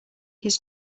his